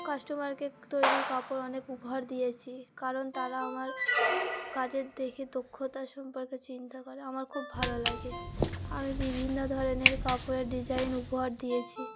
কাস্টমারকে তৈরির কাপড় অনেক উপহার দিয়েছি কারণ তারা আমার কাজের দেখে দক্ষতা সম্পর্কে চিন্তা করে আমার খুব ভালো লাগে আমি বিভিন্ন ধরনের কাপড়ের ডিজাইন উপহার দিয়েছি